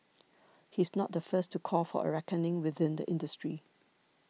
he's not the first to call for a reckoning within the industry